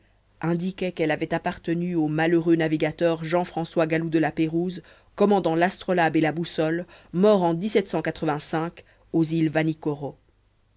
indiquaient qu'elle avait appartenue au malheureux navigateur jean françois galoup de la pérouse commandant l'astrolabe et la boussole mort en aux îles